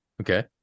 Okay